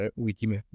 uvidíme